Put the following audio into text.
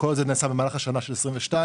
כשכל זה נעשה במהלך שנת 2022,